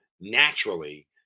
naturally